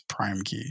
PrimeKey